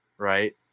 right